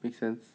make sense